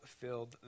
filled